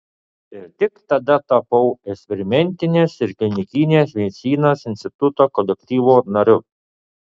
ir tik tada tapau eksperimentinės ir klinikinės medicinos instituto kolektyvo nariu